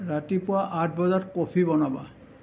ৰাতিপুৱা আঠ বজাত কফি বনাবা